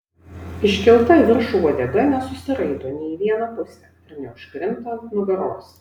iškelta į viršų uodega nesusiraito nė į vieną pusę ir neužkrinta ant nugaros